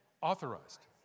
authorized